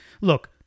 look